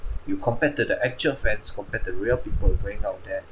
you compare to the actual friends compare to real people going out there